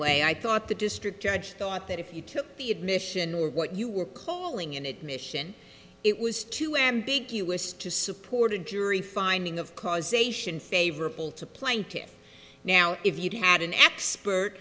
way i thought the district judge thought that if you killed the admission or what you were calling an admission it was too ambiguous to supporting jury finding of causation favorable to plaintiffs now if you'd had an expert